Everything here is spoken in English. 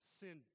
sin